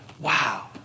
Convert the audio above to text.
Wow